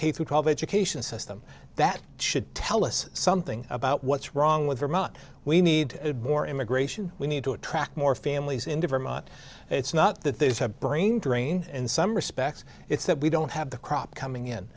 twelve education system that should tell us something about what's wrong with vermont we need more immigration we need to attract more families in demat it's not that there's a brain drain in some respects it's that we don't have the crop coming in